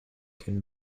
can